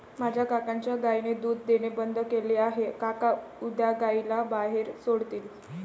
माझ्या काकांच्या गायीने दूध देणे बंद केले आहे, काका उद्या गायीला बाहेर सोडतील